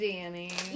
Danny